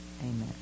Amen